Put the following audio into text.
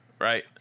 right